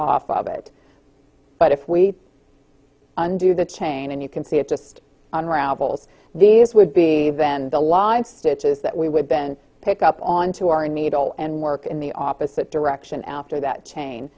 off of it but if we undo the chain and you can see it just unravels these would be then the line stitches that we would been pick up on to our needle and work in the opposite direction after that chain